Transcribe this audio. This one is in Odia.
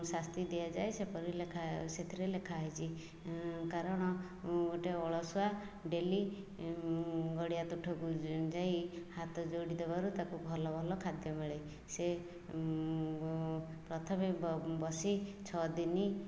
ଶାସ୍ତି ଦିଆଯାଏ ସେଥିରେ ଲେଖା ହୋଇଛି କାରଣ ଗୋଟେ ଅଳସୁଆ ଡେଲି ଗଡ଼ିଆ ତୁଠକୁ ଯାଇ ହାତଯୋଡ଼ି ଦେବାରୁ ତାକୁ ଭଲ ଭଲ ଖାଦ୍ୟ ମିଳେ ସେ ପ୍ରଥମେ ବସି ଛଅଦିନ